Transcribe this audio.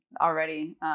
already